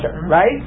right